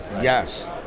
yes